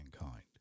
mankind